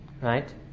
right